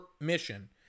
mission